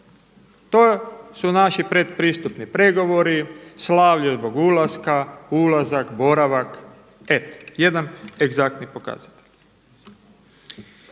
To su naši pretpristupni pregovori, slavlje zbog ulaska, ulazak, boravak, … jedan egzaktni pokazatelj.